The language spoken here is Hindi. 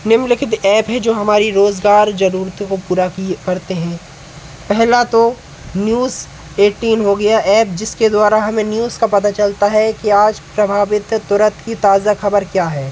निम्नलिखित ऐप हैं जो हमारी रोज़गार ज़रूरतों को पूरा करते हैं पहला तो न्यूज़ एटीन हो गया ऐप जिसके द्वारा हमें न्यूज़ का पता चलता है कि आज प्रभावित तुरंत की ताज़ा खबर क्या है